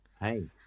hey